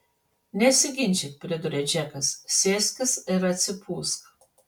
nesiginčyk priduria džekas sėskis ir atsipūsk